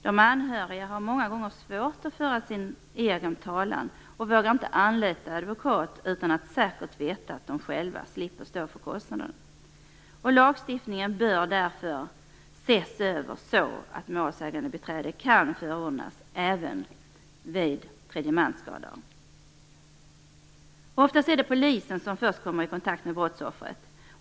De anhöriga har många gånger svårt att föra sin egen talan och vågar inte anlita en advokat utan att särskilt veta att de själva slipper att stå för kostnaderna. Lagstiftningen bör därför ses över så att målsägandebiträde kan förordas även vid tredjemansskada. Oftast är det polisen som först kommer i kontakt med brottsoffret.